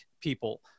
people